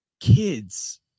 kids